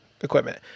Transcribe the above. equipment